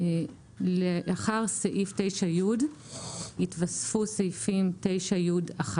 לאחר סעיף 9י יתווספו סעיפים 9י1: